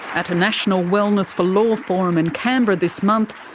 at a national wellness for law forum in canberra this month,